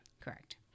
Correct